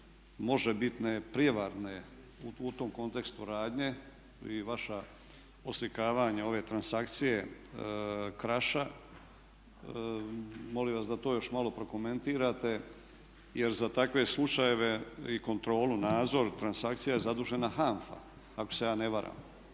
možebitne prijevarne u tom kontekstu radnje, vi i vaša oslikavanja ove transakcije Kraša. Molim vas da to još malo prokomentirate, jer za takve slučajeve i kontrolu, nadzor transakcija je zadužena HANFA ako se ja ne varam.